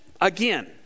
again